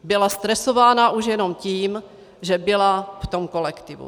Byla stresovaná už jenom tím, že byla v tom kolektivu.